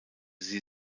sie